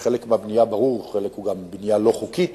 וברור שחלק מהבנייה הוא בנייה לא חוקית,